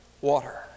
water